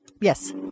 Yes